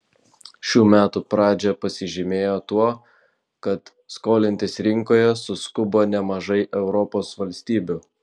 šių metų pradžia pasižymėjo tuo kad skolintis rinkoje suskubo nemažai europos valstybių